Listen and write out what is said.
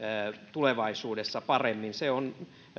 tulevaisuudessa paremmin se on